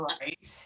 right